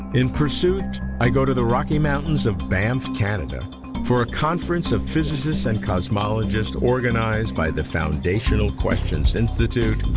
in pursuit, i go to the rocky mountains of banff, canada for a conference of physicists and cosmologists, organized by the foundational question institute,